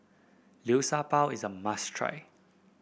Liu Sha Bao is a must try